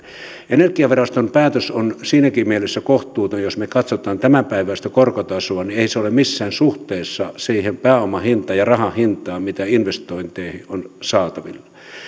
energiaviraston päätös on siinäkin mielessä kohtuuton että jos me katsomme tämänpäiväistä korkotasoa niin ei se ole missään suhteessa siihen pääoman hintaan ja rahan hintaan mitä investointeihin on saatavilla